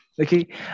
Okay